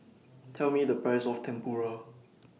Tell Me The Price of Tempura